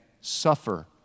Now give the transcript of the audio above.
suffer